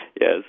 Yes